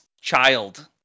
child